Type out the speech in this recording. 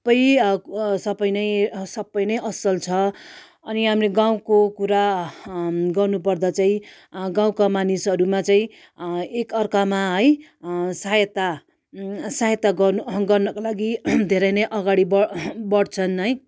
सबै सबै नै सबै नै असल छ अनि हामीले गाउँको कुरा गर्नु पर्दा चाहिँ गाउँका मानिसहरूमा चाहिँ एक अर्कामा है सहायता सहायता गर्नु गर्नको लागि धेरै नै अगाडि बढ् बढ्छन्